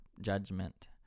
judgment